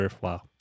wow